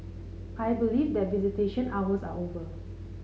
I believe that visitation hours are over